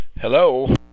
hello